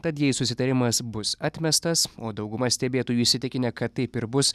tad jei susitarimas bus atmestas o dauguma stebėtojų įsitikinę kad taip ir bus